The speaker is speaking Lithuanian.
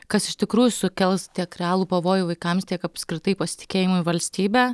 kas iš tikrųjų sukels tiek realų pavojų vaikams tiek apskritai pasitikėjimui valstybe